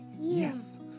Yes